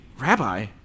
Rabbi